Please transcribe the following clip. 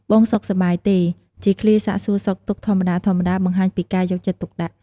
"បងសុខសប្បាយទេ?"ជាឃ្លាសាកសួរសុខទុក្ខធម្មតាៗបង្ហាញពីការយកចិត្តទុកដាក់។